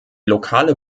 lokale